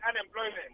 unemployment